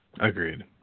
Agreed